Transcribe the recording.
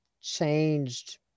changed